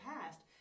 past